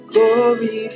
Glory